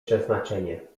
przeznaczenie